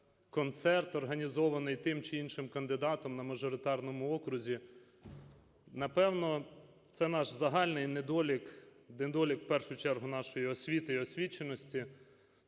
концерт, організований тим чи іншим кандидатом на мажоритарному окрузі. Напевно, це наш загальний недолік, недолік в першу чергу нашої освіти і освіченості.